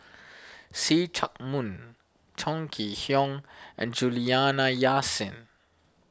See Chak Mun Chong Kee Hiong and Juliana Yasin